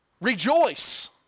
Rejoice